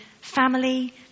family